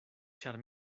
ĉar